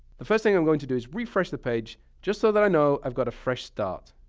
the first thing i'm going to do is refresh the page, just so that i know i've got a fresh start.